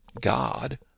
God